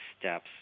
steps